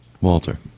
Walter